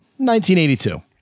1982